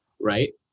right